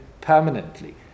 permanently